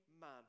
man